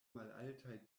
malaltaj